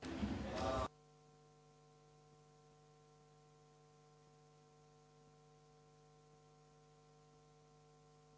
Hvala